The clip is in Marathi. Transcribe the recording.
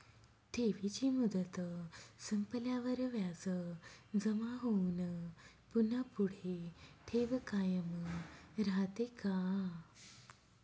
ठेवीची मुदत संपल्यावर व्याज जमा होऊन पुन्हा पुढे ठेव कायम राहते का?